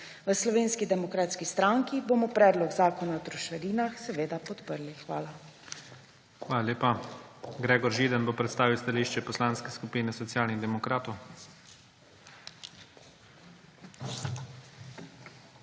V Slovenski demokratski stranki bomo Predlog Zakona o trošarinah seveda podprli. Hvala. PREDSEDNIK IGOR ZORČIČ: Hvala lepa. Gregor Židan bo predstavil stališče Poslanske skupine Socialnih demokratov.